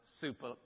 super